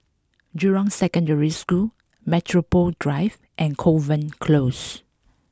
Jurong Secondary School Metropole Drive and Kovan Close